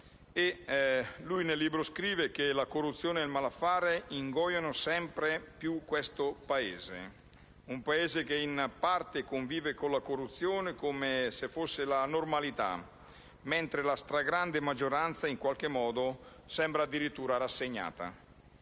nel libro scrive che la corruzione ed il malaffare ingoiano sempre di più questo Paese, che in parte convive con la corruzione come se fosse la normalità, mentre la stragrande maggioranza in qualche modo sembra addirittura rassegnata.